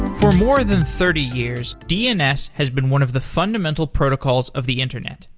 for more than thirty years, dns has been one of the fundamental protocols of the internet.